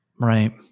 Right